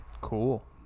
Cool